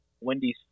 Wendy's